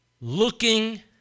looking